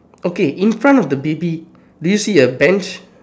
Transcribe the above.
okay in front of the baby do you see a bench